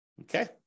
Okay